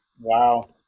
Wow